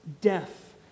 death